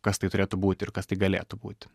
kas tai turėtų būt ir kas tai galėtų būti